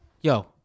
Yo